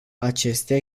acestea